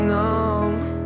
numb